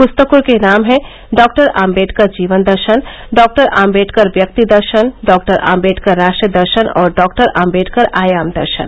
पूस्तकों के नाम हैं डॉक्टर आम्बेडकर जीवन दर्शन डॉक्टर अम्बेडकर व्यक्ति दर्शन डॉक्टर आम्बेडकर राष्ट्र दर्शन और डॉक्टर आम्बेडकर आयाम दर्शन